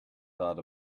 thought